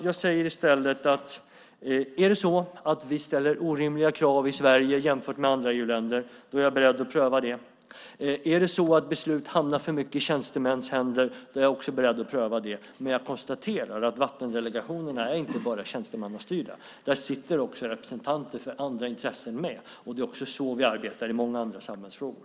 Jag säger i stället att är det så att vi ställer orimliga krav i Sverige jämfört med andra EU-länder är jag beredd att pröva det. Är det så att beslut hamnar för mycket i tjänstemäns händer är jag även beredd att pröva det, men jag konstaterar att vattendelegationerna inte bara är tjänstemannastyrda. Där sitter också representanter för andra intressen med, och det är så vi arbetar i många andra samhällsfrågor.